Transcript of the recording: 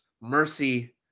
mercy